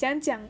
怎样讲